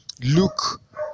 look